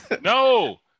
No